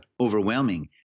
overwhelming